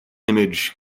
image